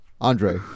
Andre